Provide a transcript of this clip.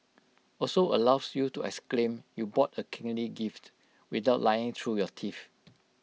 also allows you to exclaim you bought A kingly gift without lying through your teeth